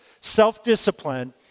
self-discipline